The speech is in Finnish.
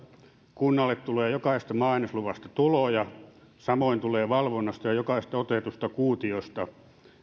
kunnalle tulee jokaisesta maa ainesluvasta tuloja samoin tulee valvonnasta ja jokaisesta otetusta kuutiosta